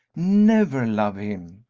never love him,